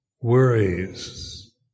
worries